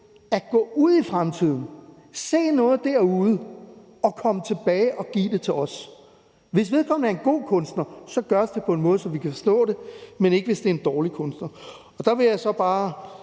at gå ud i fremtiden, se noget derude og komme tilbage og give det til os. Hvis vedkommende er en god kunstner, gøres det på en måde, så vi kan forstå det, men sådan er det ikke, hvis det er en dårlig kunstner. Der vil jeg så bare